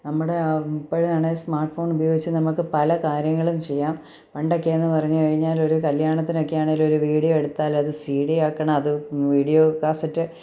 നമ്മുടെ ഇപ്പോഴാണെങ്കിൽ സ്മാർട്ട്ഫോൺ ഉപയോഗിച്ച് നമുക്ക് പല കാര്യങ്ങളും ചെയ്യാം പണ്ടൊക്കെ എന്ന് പറഞ്ഞ് കഴിഞ്ഞാൽ ഒരു കല്യാണത്തിനൊക്കെ ആണെങ്കിൽ ഒരു വീഡിയോ എടുത്താൽ അത് സി ഡി ആക്കണം അത് വീഡിയോ കാസറ്റ്